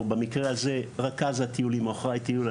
או במקרה הזה רכז הטיולים או אחראי טיול.